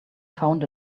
found